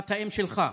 שפת האם שלך.